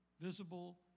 visible